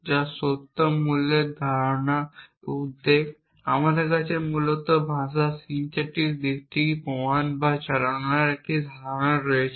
যা সত্য মূল্যের সাথে একটি ধারণা উদ্বেগ আমাদের কাছে মূলত ভাষার সিন্থেটিক দিকটিতে প্রমাণ বা চালনার একটি ধারণা রয়েছে